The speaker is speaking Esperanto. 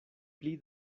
pli